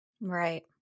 right